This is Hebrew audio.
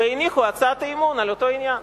והניחו הצעת אי-אמון על אותו עניין.